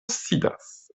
sidas